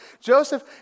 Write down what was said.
Joseph